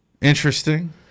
Interesting